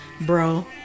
Bro